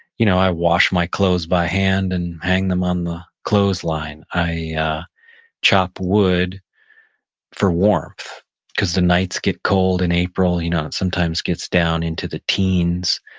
you know, i wash my clothes by hand and hang them on the clothes line. i yeah chop wood for warmth because the nights get cold in april. you know it sometimes gets down into the teens,